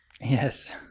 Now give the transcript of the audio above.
Yes